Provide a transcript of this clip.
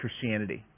Christianity